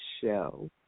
show